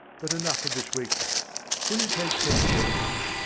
but enough of this weakness will you take ten cents?